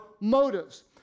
motives